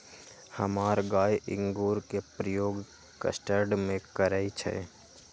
हमर माय इंगूर के प्रयोग कस्टर्ड में करइ छै